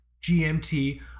GMT